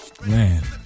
Man